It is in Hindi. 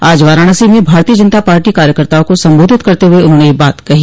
आज वाराणसी में भारतीय जनता पार्टी कार्यकर्ताओं को संबोधित करते हुए उन्होंने ये बात कही